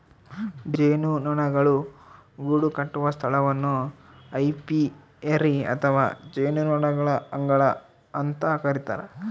ಜೇನುನೊಣಗಳು ಗೂಡುಕಟ್ಟುವ ಸ್ಥಳವನ್ನು ಏಪಿಯರಿ ಅಥವಾ ಜೇನುನೊಣಗಳ ಅಂಗಳ ಅಂತ ಕರಿತಾರ